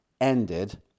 ended